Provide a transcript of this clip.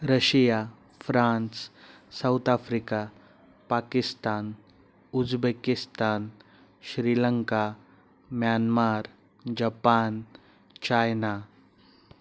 Russia France South Africa Pakistan Uzbekistan Sri Lanka Myanmar Japan China